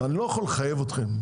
אני לא יכול לחייב אתכם.